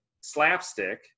slapstick